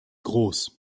groß